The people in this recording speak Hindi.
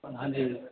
हाँ जी